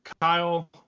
Kyle